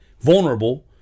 vulnerable